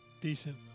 decent